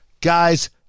Guys